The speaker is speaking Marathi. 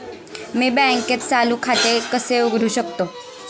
मी बँकेत चालू खाते कसे उघडू शकतो?